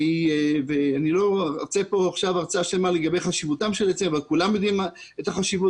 אני לא אתן כאן הרצאה לגבי חשיבות העצים בל כולם יודעים את החשיבות,